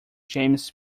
james